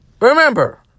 remember